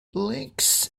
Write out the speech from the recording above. links